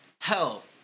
hell